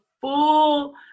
full